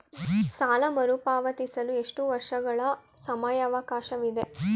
ಸಾಲ ಮರುಪಾವತಿಸಲು ಎಷ್ಟು ವರ್ಷಗಳ ಸಮಯಾವಕಾಶವಿದೆ?